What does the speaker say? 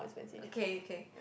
okay okay